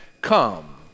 come